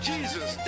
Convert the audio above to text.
Jesus